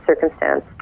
circumstance